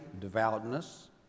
devoutness